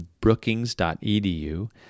Brookings.edu